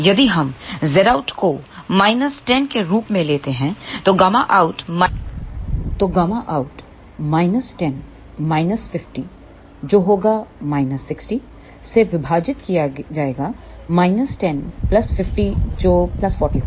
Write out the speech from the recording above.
यदि हम Zout को 10 के रूप में लेते हैं तो Γout 10 50 जो होगा 60 विभाजित किया जाएगा 10 50 जो 40 होगा